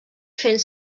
fent